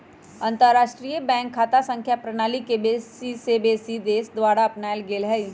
अंतरराष्ट्रीय बैंक खता संख्या प्रणाली के बेशी से बेशी देश द्वारा अपनाएल गेल हइ